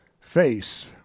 face